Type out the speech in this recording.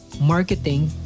marketing